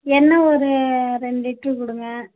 எண்ணெய் ஒரு ரெண்டு லிட்ரு கொடுங்க